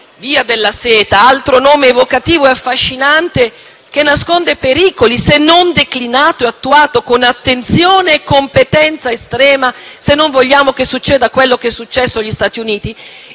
Via della Seta (altro nome evocativo e affascinante, che nasconde pericoli se non declinato e attuato con attenzione e competenza estrema se non vogliamo che accada quanto accaduto agli Stati Uniti)